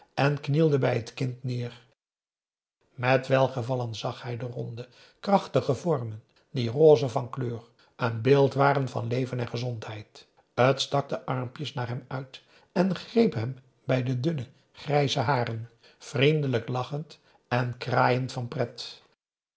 en knielde bij het kind neer met welgevallen zag hij de ronde krachtige vormen die rose van kleur een beeld waren van leven en gezondheid t stak de armpjes naar hem uit en greep hem bij de dunne grijze haren vriendelijk lachend en kraaiend van p